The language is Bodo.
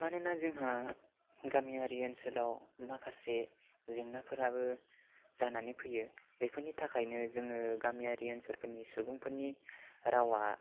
मानोना जोंहा गामियारि ओनसोलाव माखासे जेंनाफोराबो जानानै फैयो बेफोरनि थाखायनो जोङो गामियारि ओनसोलफोरनि सुबुंफोरनि रावआ